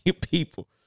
people